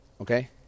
okay